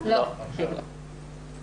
ההליכים בעניינו ובית משפט מחליט על אשפוזו.